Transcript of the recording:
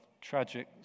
tragic